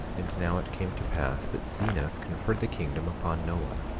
and now it came to pass that zeniff conferred the kingdom upon noah,